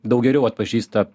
daug geriau atpažįsta